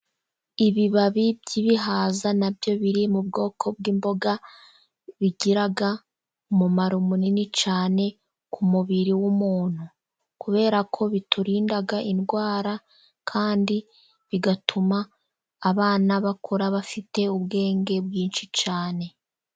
Ibibabi by'ibihaza na byo biri mu bwoko bw'imboga, bigira umumaro munini cyane ku mubiri w'umuntu. Kubera ko biturinda indwara kandi bigatuma abana bakura bafite ubwenge bwinshi cyane.